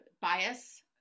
bias